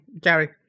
Gary